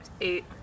eight